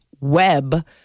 web